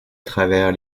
travers